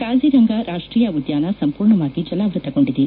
ಕಾಜಿರಂಗ ರಾಷ್ಟೀಯ ಉದ್ಯಾನ ಸಂಪೂರ್ಣವಾಗಿ ಜಲಾವ್ಪತಗೊಂಡಿದೆ